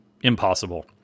impossible